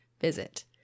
visit